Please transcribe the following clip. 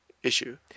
issue